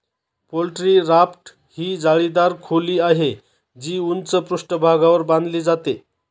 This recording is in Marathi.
पोल्ट्री राफ्ट ही जाळीदार खोली आहे, जी उंच पृष्ठभागावर बांधली जाते